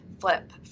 flip